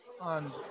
On